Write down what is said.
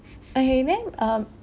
okay when um